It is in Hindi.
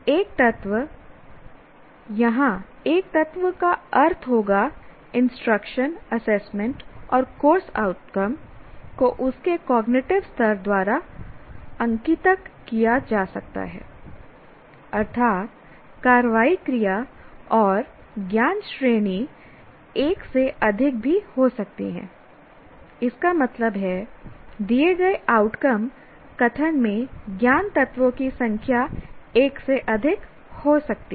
एक तत्व यहां एक तत्व का अर्थ होगा इंस्ट्रक्शन एसेसमेंट और कोर्स आउटकम को उसके कॉग्निटिव स्तर द्वारा अंकितक किया जा सकता है अर्थात कार्रवाई क्रिया और ज्ञान श्रेणी एक से अधिक भी हो सकती है इसका मतलब है दिए गए आउटकम कथन में ज्ञान तत्वों की संख्या एक से अधिक हो सकती है